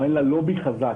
אין לה לובי חזק,